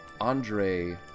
Andre